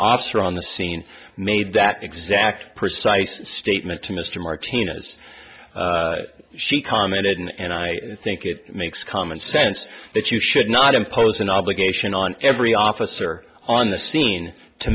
officer on the scene made that exact precise statement to mr martinez she commented on and i think it makes common sense that you should not impose an obligation on every officer on the scene to